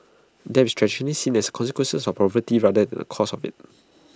debt is traditionally seen as A consequence of poverty rather than A cause of IT